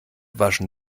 waschen